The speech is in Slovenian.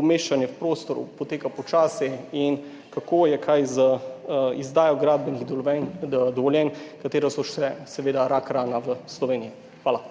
Umeščanje v prostor poteka počasi. Zanima me: Kako je kaj z izdajo gradbenih dovoljenj, ki so še vedno rakrana v Sloveniji? Hvala.